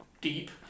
deep